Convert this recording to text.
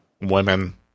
Women